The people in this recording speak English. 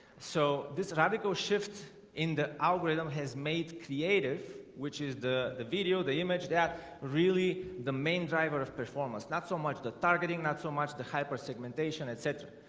so this radical shift in the algorithm has made creative which is the the video the image that really the main driver of performance not so much the targeting not so much the hyper segmentation etc